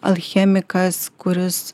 alchemikas kuris